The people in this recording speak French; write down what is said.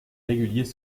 réguliers